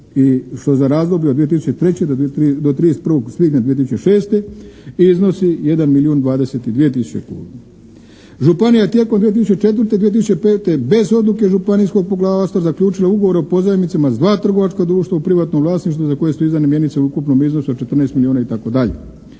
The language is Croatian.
i što za razdoblje od 2003. do 31. svibnja 2006. iznosi 1 milijun 22 tisuće kuna. Županija tijekom 2004., 2005. bez odluke županijskog poglavarstva zaključilo je ugovore o pozajmicama s dva trgovačka društva u privatnom vlasništvu za koje su izdane mjenice u ukupnom iznosu od 14 milijuna itd.